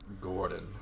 Gordon